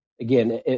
again